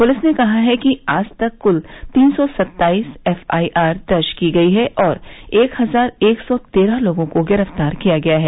police ने कहा है कि आज तक कुल तीन सौ सत्ताईस एफ आई आर दर्ज की गई है और एक हजार एक सौ तेरह लोगों को गिरफ्तार किया गया है